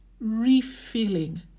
refilling